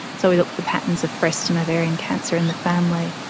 so we look for patterns of breast and ovarian cancer in the family.